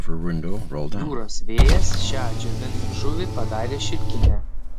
jūros vėjas šią džiovintą žuvį padarė šilkinę